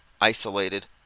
isolated